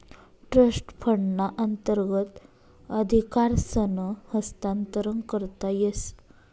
trust फंडना अंतर्गत अधिकारसनं हस्तांतरण करता येस